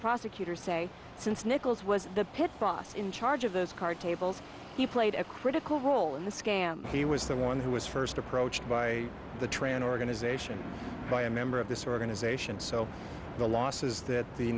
prosecutors say since nichols was the pit boss in charge of those card tables he played a critical role in the scam he was the one who was first approached by the tran organization by a member of this organization so the law says that the